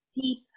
deep